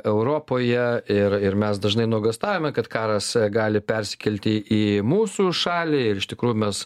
europoje ir ir mes dažnai nuogąstaujame kad karas gali persikelti į mūsų šalį ir iš tikrųjų mes